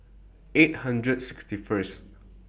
eight hundred sixty First